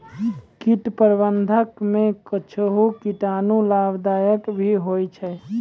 कीट प्रबंधक मे कुच्छ कीटाणु लाभदायक भी होय छै